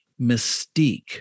mystique